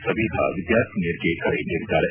ಸಬಿಹಾ ವಿದ್ಯಾರ್ಥಿನಿಯರಿಗೆ ಕರೆ ನೀಡಿದ್ದಾರೆ